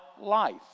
life